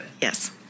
Yes